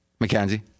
McKenzie